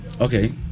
Okay